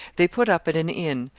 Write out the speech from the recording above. they put up at an inn.